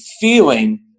feeling